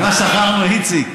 איציק,